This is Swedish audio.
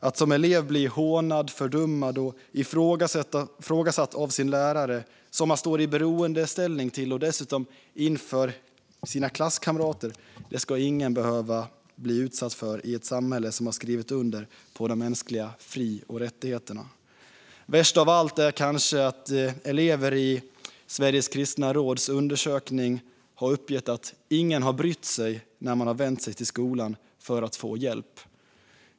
Att som elev bli hånad, fördummad och ifrågasatt av sin lärare, som man står i beroendeställning till, och dessutom inför sina klasskamrater, ska ingen behöva bli utsatt för i ett samhälle som har skrivit under på de mänskliga fri och rättigheterna. Värst av allt är kanske att elever i Sveriges kristna råds undersökning har uppgett att ingen har brytt sig när de har vänt sig till skolan för att få hjälp.